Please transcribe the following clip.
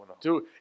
Dude